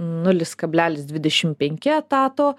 nulis kablelis dvidešimt penki etato